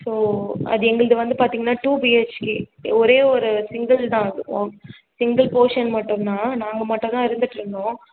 so அது எங்களுது வந்து பார்த்தீங்கன்னா டூ பிஎச்கே ஒரே ஒரு சிங்கிள் தான் அது ரூம் சிங்கிள் போர்ஷன் மட்டும் தான் நாங்கள் மட்டும் தான் இருந்துகிட்டு இருந்தோம்